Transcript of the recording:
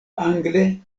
angle